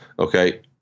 Okay